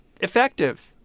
effective